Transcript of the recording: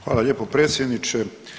Hvala lijepo predsjedniče.